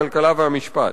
הכלכלה והמשפט.